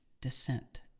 descent